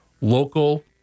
local